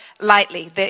lightly